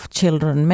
children